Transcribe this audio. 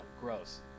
Gross